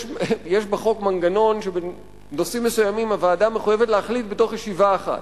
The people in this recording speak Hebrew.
יש בחוק מנגנון שבנושאים מסוימים הוועדה מחויבת להחליט בתוך ישיבה אחת.